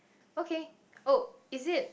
okay !woah! is it